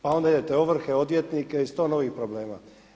Pa onda idete ovrhe, odvjetnike i sto novih problema.